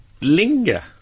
linger